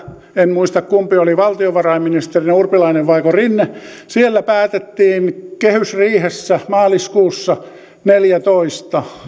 en muista kumpi oli valtiovarainministerinä urpilainen vaiko rinne päätettiin kehysriihessä maaliskuussa neljätoista